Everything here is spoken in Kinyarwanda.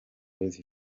boys